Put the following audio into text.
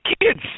kids